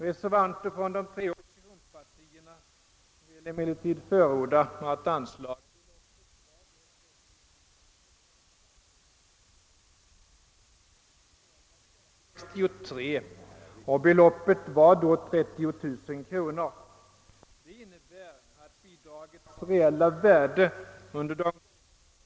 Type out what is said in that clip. Reservanter från de tre oppositionspartierna förordar emellertid att anslaget höjs till 60 000 kronor. Stiftelsen började få bidrag 1963, och beloppet .var då 30 000 kronor. Det innebär att bidragets reella värde under de gångna sex åren successivt har minskat.